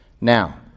Now